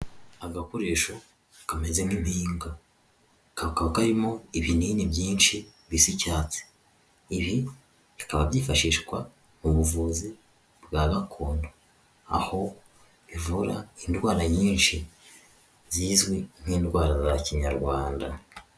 Agakoresho kameze nk'impinga kakaba karimo ibinini byinshi bisa icyatsi, ibi byifashishwa mu buvuzi bwa gakondo aho ivura indwara nyinshi zizwi nk'indwara za kinyarwanda.